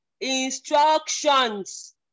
instructions